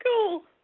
cool